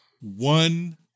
one